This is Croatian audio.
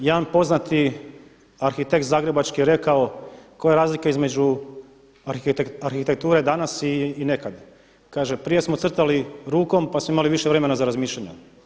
Jedan poznati arhitekt zagrebački je rekao koja je razlika između arhitekture danas i nekada, kaže: „Prije smo crtali rukom, pa smo imali više vremena za razmišljanje.